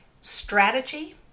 Strategy